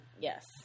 yes